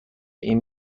این